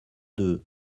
deux